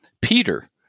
Peter